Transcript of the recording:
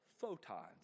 Photons